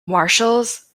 marshals